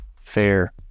fair